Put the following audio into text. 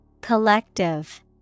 Collective